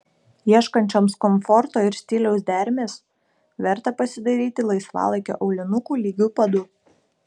ieškančioms komforto ir stiliaus dermės verta pasidairyti laisvalaikio aulinukų lygiu padu